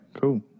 cool